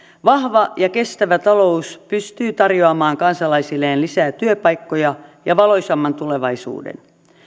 vahva ja kestävä talous pystyy tarjoamaan kansalaisilleen lisää työpaikkoja ja valoisamman tulevaisuuden